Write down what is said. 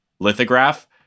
lithograph